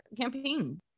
campaign